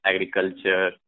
agriculture